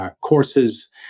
courses